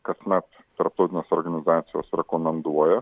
kasmet tarptautinės organizacijos rekomenduoja